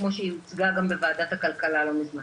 כמו שהיא הוצגה גם בוועדת הכלכלה לא מזמן.